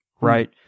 Right